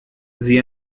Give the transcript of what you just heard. sie